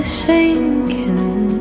sinking